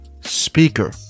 speaker